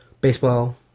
baseball